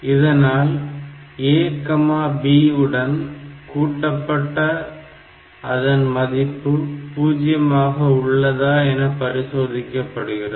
இதனால் A B உடன் கூட்டப்பட்ட அதன் மதிப்பு 0 ஆக உள்ளதா என பரிசோதிக்கப்படுகிறது